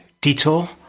Detour